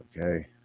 Okay